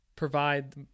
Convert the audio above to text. provide